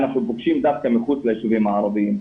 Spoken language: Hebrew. אנחנו פוגשים דווקא מחוץ ליישובים הערבים.